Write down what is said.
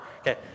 Okay